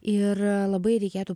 ir labai reikėtų